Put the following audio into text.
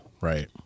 right